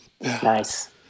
nice